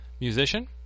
musician